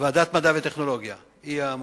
איזו ועדה?